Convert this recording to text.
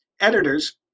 editors